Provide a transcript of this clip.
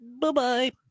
Bye-bye